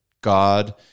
God